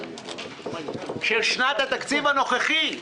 של שנת התקציב הנוכחית.